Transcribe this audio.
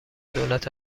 دولت